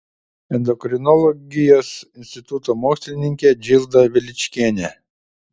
endokrinologijos instituto mokslininkė džilda veličkienė